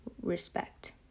respect